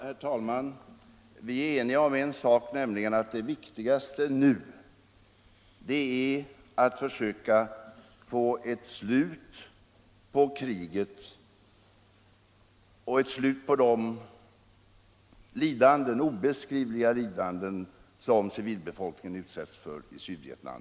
Herr talman! Vi är eniga om en sak, nämligen att det viktigaste nu är att försöka få ett slut på kriget och ett slut på de obeskrivliga lidanden som civilbefolkningen utsätts för i Sydvietnam.